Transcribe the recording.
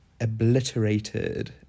obliterated